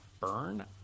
burn